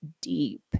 deep